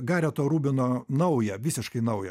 gareto rubino naują visiškai naują